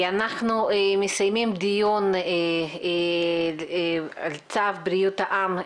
אנחנו מסיימים דיון על צו בריאות העם,